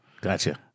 Gotcha